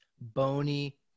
bony